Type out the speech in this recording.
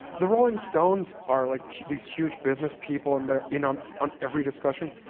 the rolling stones are like these huge business people, and they're in on on every discussion.